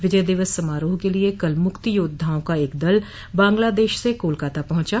विजय दिवस समारोह के लिए कल मुक्ति योद्वाओं का एक दल बांग्लादेश से कोलकाता पहुंचा